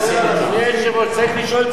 אדוני היושב-ראש, צריך לשאול את הסוסים.